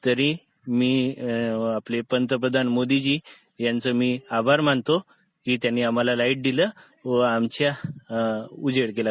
तरी मी आपले पंतप्रधान मोदीजी यांचं मी आभार मानतो की त्यांनी आम्हाला लाईट दिलं व आमच्या घरी उजेड केला